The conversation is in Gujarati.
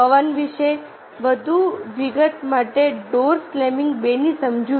પવન વિશે વધુ વિગત માટે ડોર સ્લેમિંગ 2 ની સમજૂતી